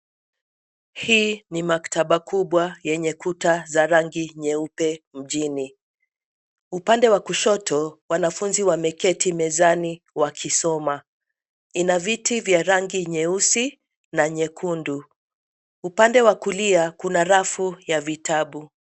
Hii maktaba kubwa yenye kuta za rangi nyeupe mjini. Upande wa kushoto wanafunzi wameketi mezani wakisoma. Ina viti vya rangi nyeusi na nyekundu. Upande wa kulia kuna rafu ya vitabu.